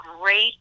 great